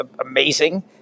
amazing